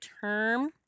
term